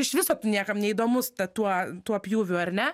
iš viso tu niekam neįdomus ta tuo tuo pjūviu ar ne